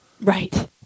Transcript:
Right